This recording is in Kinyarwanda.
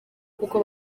kuko